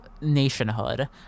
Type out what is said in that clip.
nationhood